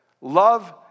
love